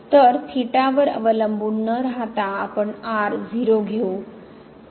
तर theta वर अवलंबून न राहता आपण r 0 घेऊ